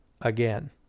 again